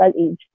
age